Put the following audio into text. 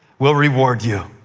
will reward you.